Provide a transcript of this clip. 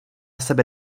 sebe